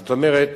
זאת אומרת,